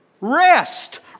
Rest